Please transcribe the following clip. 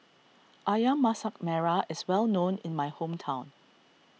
Ayam Masak Merah is well known in my hometown